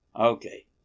Okay